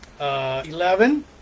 eleven